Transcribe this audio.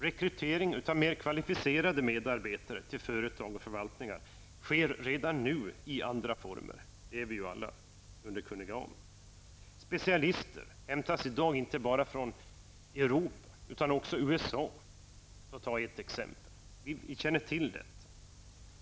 Rekrytering av mer kvalificerade medarbetare till företag och förvaltningar sker redan nu i andra former. Det är vi alla underkunniga om. Specialister hämtas i dag inte bara från Europa utan också från USA, för att ta ett exempel. Vi känner till detta.